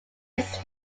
its